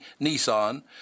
Nissan